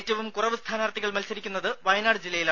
ഏറ്റവും കുറച്ച് സ്ഥാനാർഥികൾ മത്സരിക്കുന്നത് വയനാട് ജില്ലയിൽ